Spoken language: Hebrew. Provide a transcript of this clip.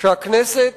שהכנסת